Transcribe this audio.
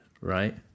right